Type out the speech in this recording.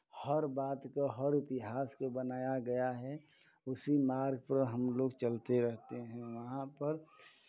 हर बात काे हर इतिहास को बनाया गया है उसी मार्ग पर हम लोग चलते रहते हैं वहाँ पर